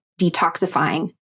detoxifying